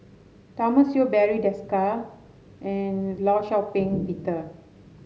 Thomas Yeo Barry Desker and Law Shau Ping Peter